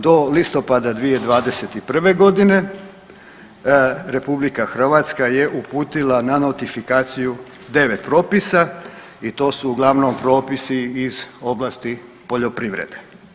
Do listopada 2021. godine RH je uputila na notifikaciju 9 propisa i to su uglavnom propisi iz oblasti poljoprivredne.